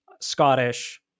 Scottish